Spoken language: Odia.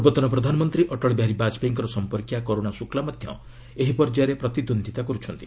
ପୂର୍ବତନ ପ୍ରଧାନମନ୍ତ୍ରୀ ଅଟଳବିହାରୀ ବାଜପେୟୀଙ୍କର ସମ୍ପର୍କୀୟା କରୁଣା ଶୁକ୍ଲା ମଧ୍ୟ ଏହି ପର୍ଯ୍ୟାୟରେ ପ୍ରତିଦ୍ୱନ୍ଦ୍ୱିତା କରୁଛନ୍ତି